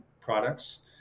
products